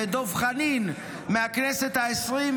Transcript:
ואת דב חנין מהכנסת העשרים,